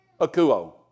Akuo